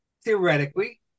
theoretically